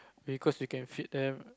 because you can feed them